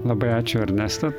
labai ačiū ernesta